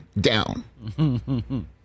down